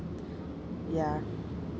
ya